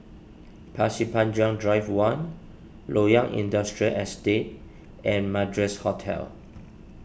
Pasir Panjang Drive one Loyang Industrial Estate and Madras Hotel